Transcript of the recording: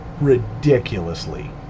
ridiculously